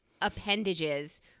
appendages